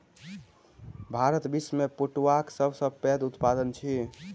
भारत विश्व में पटुआक सब सॅ पैघ उत्पादक अछि